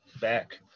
back